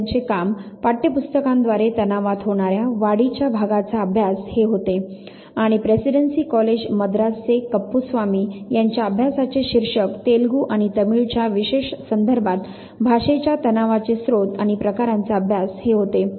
D Boaz यांचे काम "पाठ्यपुस्तकांद्वारे तणावात होणार्या वाढीच्या भागाचा अभ्यास" हे होते आणि प्रेसिडेंसी कॉलेज मद्रासचे Presidency College Madras कप्पुस्वामी यांच्या अभ्यासाचे शीर्षक "तेलगू आणि तमिळच्या विशेष संदर्भात भाषेच्या तणावाचे स्त्रोत आणि प्रकाराचा अभ्यास" हे होते